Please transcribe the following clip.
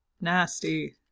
Nasty